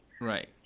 Right